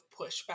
pushback